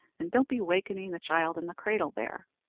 and don't be wakening the child in the cradle there.